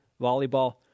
volleyball